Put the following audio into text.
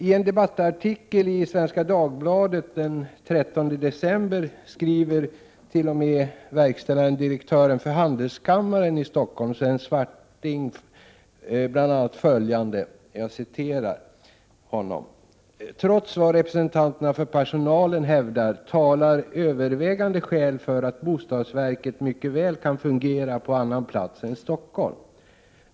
I en debattartikel i Svenska Dagbladet den 13 december skriver t.o.m. verkställande direktören för handelskammaren i Stockholm, Sven Swarting, bl.a. följande: ”Trots vad representanter för personalen hävdar talar övervägande skäl för att bostadsverket mycket väl kan fungera på annan plats än Stockholm.